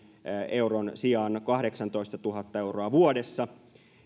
euron sijaan kahdeksantoistatuhatta euroa vuodessa